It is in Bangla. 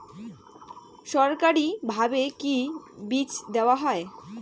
সরকারিভাবে কি বীজ দেওয়া হয়?